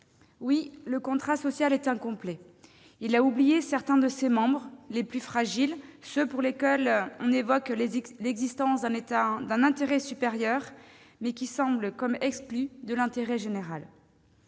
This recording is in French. Oui, le contrat social est incomplet ! Certains de ses membres, les plus fragiles, ont été oubliés : ceux pour lesquels on évoque l'existence d'un « intérêt supérieur », mais qui semblent comme exclus de l'intérêt général.